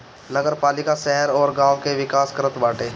नगरपालिका शहर अउरी गांव के विकास करत बाटे